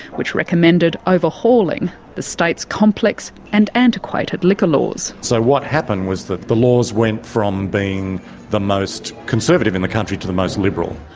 which recommended overhauling the state's complex and antiquated liquor laws. so what happened was that the laws went from being the most conservative in the country to the most liberal.